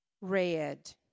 red